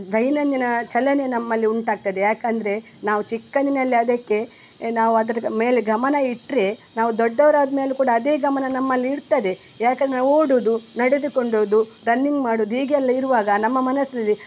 ದೈನಂದಿನ ಚಲನೆ ನಮ್ಮಲ್ಲಿ ಉಂಟಾಗ್ತದೆ ಏಕಂದ್ರೆ ನಾವು ಚಿಕ್ಕಂದಿನಲ್ಲಿ ಅದಕ್ಕೆ ನಾವು ಅದ್ರದ್ದು ಮೇಲೆ ಗಮನ ಇಟ್ಟರೆ ನಾವು ದೊಡ್ಡವ್ರಾದ ಮೇಲೆ ಕೂಡ ಅದೇ ಗಮನ ನಮ್ಮಲ್ಲಿ ಇರ್ತದೆ ಏಕಂದ್ರೆ ಓಡುವುದು ನಡೆದುಕೊಂಡೂದು ರನ್ನಿಂಗ್ ಮಾಡುವುದು ಹೀಗೆಲ್ಲ ಇರುವಾಗ ನಮ್ಮ ಮನಸ್ಸಿನಲ್ಲಿ